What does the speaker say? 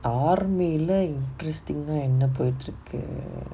army lah interesting ah என்ன போயிட்டிருக்கு:enna poyittirukku